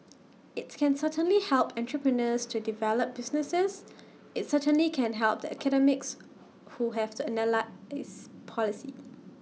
IT can certainly help entrepreneurs to develop businesses IT certainly can help the academics who have to analyse policy